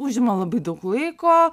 užima labai daug laiko